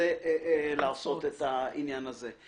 מנסה לעשות את העניין הזה.